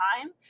time